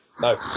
No